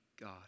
God